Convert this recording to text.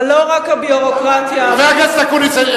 אבל לא רק הביורוקרטיה, חבר הכנסת אקוניס.